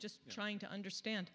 just trying to understand